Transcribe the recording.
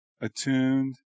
Attuned